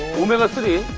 omega three.